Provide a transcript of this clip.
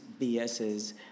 BS's